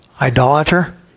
Idolater